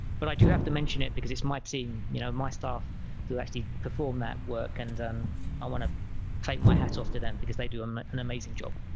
but i do have to mention it because it's my team you know my staff who actually perform that work and i want to take my hats off to them because they do an amazing job